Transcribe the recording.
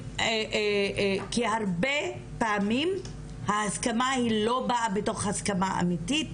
כי הרבה פעמים ההסכמה היא לא באה בתוך הסכמה אמיתית